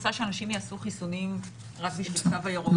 רוצה שאנשים יעשו חיסונים רק בשביל התו הירוק,